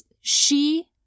she-